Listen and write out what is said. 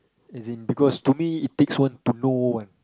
as in because to me it takes one to know one